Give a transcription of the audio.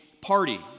party